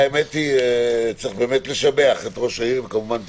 האמת היא שצריך לשבח את ראש העיר וכמובן אתכם,